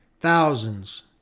thousands